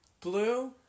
Blue